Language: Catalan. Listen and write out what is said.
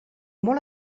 molt